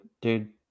dude